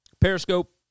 Periscope